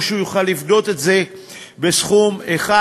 או שהוא יוכל לפדות את זה בסכום אחד.